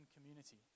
community